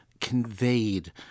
conveyed